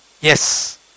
yes